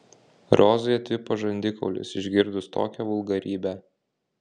rozai atvipo žandikaulis išgirdus tokią vulgarybę